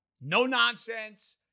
no-nonsense